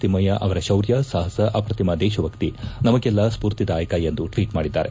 ತಿಮ್ಮಯ್ಕ ಅವರ ಶೌರ್ಯ ಸಾಹಸ ಅಪ್ರತಿಮ ದೇಶಭಕ್ತಿ ನಮಗೆಲ್ಲ ಸ್ಪೂರ್ತಿದಾಯಕ ಎಂದು ಟ್ವೀಟ್ ಮಾಡಿದ್ದಾರೆ